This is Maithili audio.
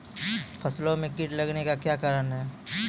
फसलो मे कीट लगने का क्या कारण है?